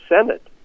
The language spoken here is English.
Senate